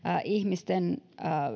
ihmisten